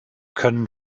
können